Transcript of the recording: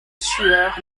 sueur